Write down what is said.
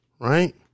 right